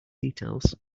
details